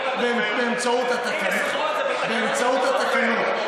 באמצעות התקנות.